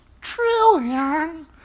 Trillion